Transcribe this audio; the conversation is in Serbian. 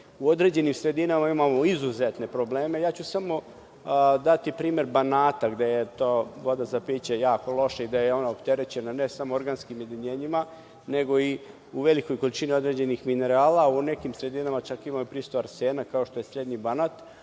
u određenim sredinama imamo izuzetne probleme, samo ću dati primer Banata, gde je voda za piće jako loša, i gde je ona opterećena, ne samo organskim jedinjenjima, nego i u velikoj količini određenih minerala, u nekim sredinama čak ima prisustvo arsena, kao što je Srednji Banat,